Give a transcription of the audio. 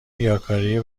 ریاکاری